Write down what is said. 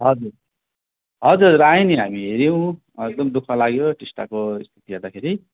हजुर हजुर आएँ नि हामी हेऱ्यौँ एकदम दु ख लाग्यो टिस्टाको स्थिति हेर्दाखेरि